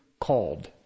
called